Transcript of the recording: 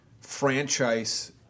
franchise